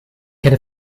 keine